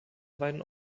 beiden